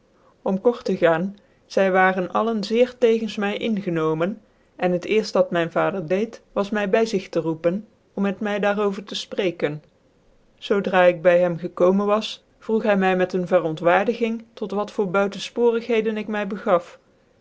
om kort te gaan zy waren alle zeer tegens my ingenomen en het cerft dat mijn vader deed was my by zig tc roepen om met my daar over te fprecken zoo draa ik by hem gekoomen war vroeg hy my met een verontwaardiging tot wat voor buitenfporigheden ik my